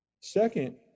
Second